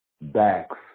backs